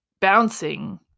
bouncing